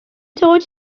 told